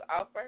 offer